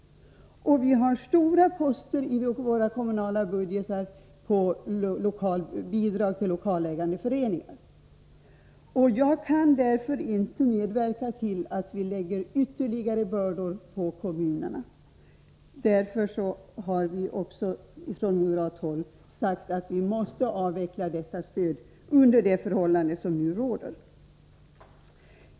Vi har stora poster i våra kommunala budgeter som avser bidrag till lokalägandeföreningar. Jag kan därför inte medverka till att lägga ytterligare bördor på kommunerna. Från moderat håll har vi sagt att vi under de förhållanden som nu råder måste avveckla detta stöd.